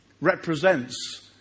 represents